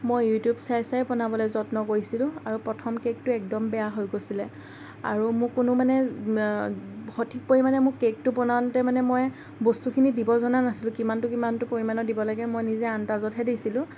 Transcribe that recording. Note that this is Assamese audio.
মই ইউটিউব চাই চাইয়ে বনাবলৈ যত্ন কৰিছিলোঁ আৰু প্ৰথম কেকটো একদম বেয়া হৈ গৈছিলে আৰু মোৰ কোনো মানে সঠিক পৰিমাণে মোৰ কেকটো বনাওতে মানে মই বস্তুখিনি দিব জনা নাছিলোঁ কিমানটো কিমানটো পৰিমাণৰ দিব লাগে মই নিজে আন্দাজতহে দিছিলোঁ